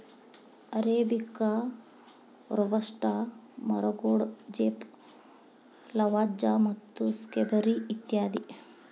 arabica, robusta, ಮರಗೋಡಜೇಪ್, Lavazza ಮತ್ತು Skybury ಇತ್ಯಾದಿ